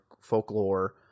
folklore